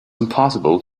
impossible